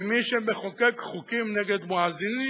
כי מי שמחוקק חוקים נגד מואזינים,